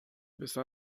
پسر